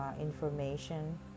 information